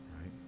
right